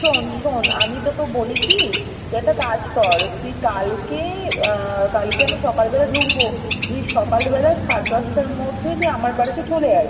শোন শোন আমি তোকে বলি কী তুই একটা কাজ কর তুই কালকে কালকে আমি সকালবেলা ঢুকব তুই সকালবেলা সাড়ে দশটার মধ্যে তুই আমার বাড়িতে চলে আয়